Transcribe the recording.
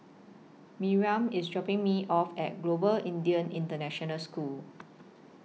Miriam IS dropping Me off At Global Indian International School